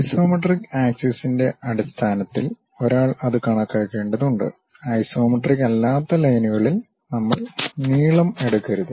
isometric ആക്സിസ്ന്റെ അടിസ്ഥാനത്തിൽ ഒരാൾ അത് കണക്കാക്കേണ്ടതുണ്ട് ഐസോമെട്രിക് അല്ലാത്ത ലൈനുകളിൽ നമ്മൾ നീളം എടുക്കരുത്